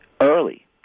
early